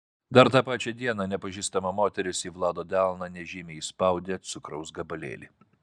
dar tą pačią dieną nepažįstama moteris į vlado delną nežymiai įspaudė cukraus gabalėlį